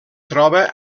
troba